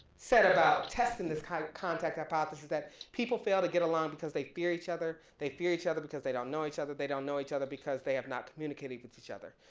said about testing this kind of context hypothesis that people fail to get along because they fear each other, they fear each other because they don't know each other, they don't know each other because they have not communicated with each other.